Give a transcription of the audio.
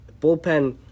bullpen